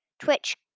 twitch